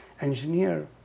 engineer